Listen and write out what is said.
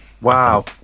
Wow